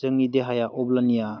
जोंनि देहाया अब्लानिया